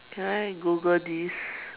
can I Google this